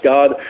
God